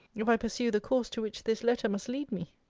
if i pursue the course to which this letter must lead me?